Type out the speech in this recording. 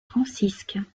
francisque